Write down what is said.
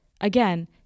Again